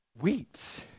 weeps